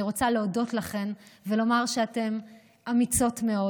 אני רוצה להודות לכן ולומר שאתן אמיצות מאוד,